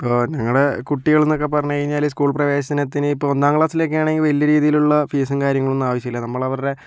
ഇപ്പോൾ നിങ്ങളെ കുട്ടികൾന്നൊക്കെ പറഞ്ഞു കഴിഞ്ഞാൽ സ്കൂൾ പ്രവേശനത്തിന് ഇപ്പോൾ ഒന്നാം ക്ലാസിലൊക്കെയാണെങ്കിൽ വലിയ രീതിയിലുള്ള ഫീസും കാര്യങ്ങളൊന്നും ആവശ്യമില്ല നമ്മളവരുടെ